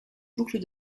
boucles